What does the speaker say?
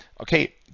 okay